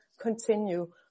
continue